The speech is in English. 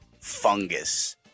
fungus